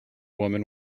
woman